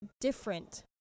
different